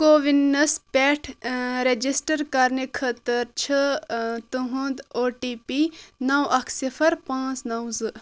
CoWIN نَس پٮ۪ٹھ register کرنہٕ خٲطرٕ چھ تُہند او ٹی پی نَو اَکھ صِفَر پانٛژھ نَو زٕ